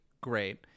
great